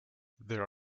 there